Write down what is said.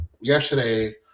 yesterday